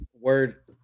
word